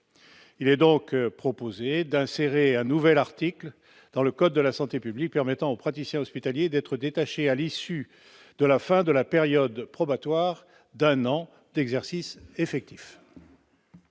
proposons donc d'insérer un nouvel article dans le code de la santé publique permettant aux praticiens hospitaliers d'être détachés à l'issue de la fin de la période probatoire d'un an d'exercice effectif.